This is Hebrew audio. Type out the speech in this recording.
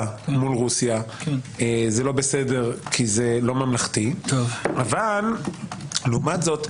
אל מול רוסיה זה לא בסדר כי זה לא ממלכתי אבל לעומת זאת,